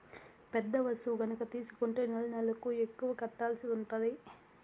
పెద్ద వస్తువు గనక తీసుకుంటే నెలనెలకు ఎక్కువ కట్టాల్సి ఉంటది